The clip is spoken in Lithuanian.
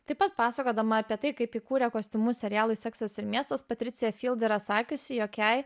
taip pat pasakodama apie tai kaip įkūrė kostiumus serialui seksas ir miestas patricija yra sakiusi jog jai